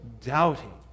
doubting